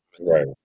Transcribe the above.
Right